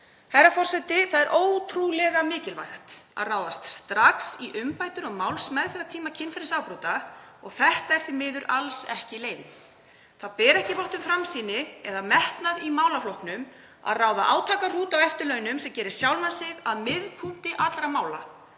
Herra forseti. Það er ótrúlega mikilvægt að ráðast strax í umbætur á málsmeðferðartíma kynferðisafbrota og þetta er því miður alls ekki leiðin. Það ber ekki vott um framsýni eða metnað í málaflokknum að ráða átakahrút á eftirlaunum sem gerir sjálfan sig að miðpunkti allra mála.